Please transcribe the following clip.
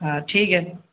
ہاں ٹھیک ہے